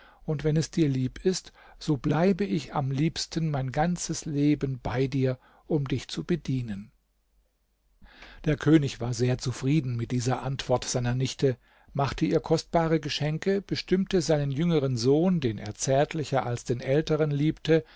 und wenn es dir lieb ist so bleibe ich am liebsten mein ganzes leben bei dir um dich zu bedienen der könig war sehr zufrieden mit dieser antwort seiner nichte machte ihr kostbare geschenke bestimmte seinen jüngeren sohn den er zärtlicher als den älteren liebte